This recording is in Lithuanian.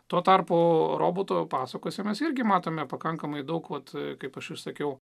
tuo tarpu roboto pasakose mes irgi matome pakankamai daug vat kaip aš ir sakiau